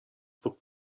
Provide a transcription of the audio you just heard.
pod